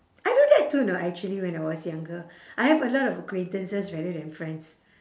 I do that too know actually when I was younger I have a lot of acquaintances rather than friends